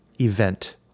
event